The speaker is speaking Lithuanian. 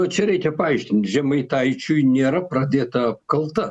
čia reikia paaiškint žemaitaičiui nėra pradėta apkalta